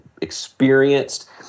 experienced